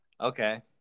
Okay